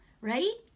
right